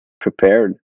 prepared